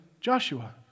Joshua